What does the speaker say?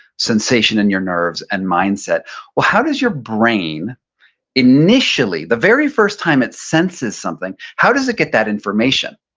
sensation in your nerves, and mindset. well, how does your brain initially, the very first time it senses something, how does it get that information?